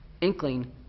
inkling